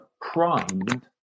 primed